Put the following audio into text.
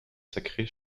sacrées